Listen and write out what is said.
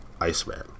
Iceman